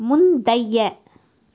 முந்தைய